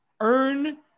Earn